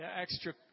extra